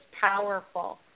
powerful